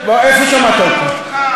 שמענו אותך.